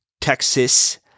Texas